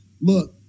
Look